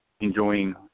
enjoying